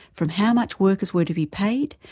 from how much workers were to be paid,